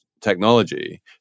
technology